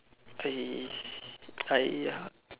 I !aiya!